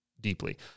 deeply